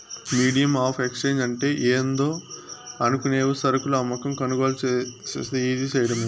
medium of exchange అంటే ఏందో అనుకునేవు సరుకులు అమ్మకం, కొనుగోలు సేసేది ఈజీ సేయడమే